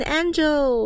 angel